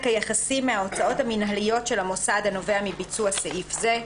היחסי מההוצאות המנהליות של המוסד הנובע מביצוע סעיף זה.